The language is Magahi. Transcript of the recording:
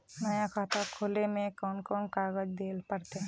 नया खाता खोले में कौन कौन कागज देल पड़ते?